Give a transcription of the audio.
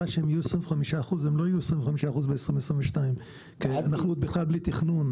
הן לא יהיו 25% ב-2022 כי אנחנו בכלל בלי תכנון.